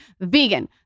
vegan